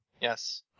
Yes